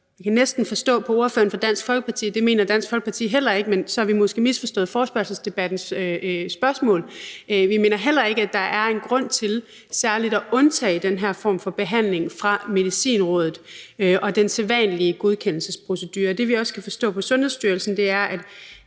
vi kan næsten forstå på ordføreren for Dansk Folkeparti, at det mener Dansk Folkeparti heller ikke, men så har vi måske misforstået forespørgselsdebattens spørgsmål, at der er en grund til særlig at undtage den her form for behandling fra Medicinrådet og den sædvanlige godkendelsesprocedure. Det, vi også kan forstå på Sundhedsstyrelsen, er,